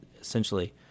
essentially